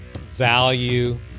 value